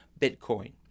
Bitcoin